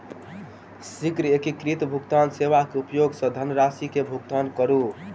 शीघ्र एकीकृत भुगतान सेवा के उपयोग सॅ धनरशि के भुगतान करू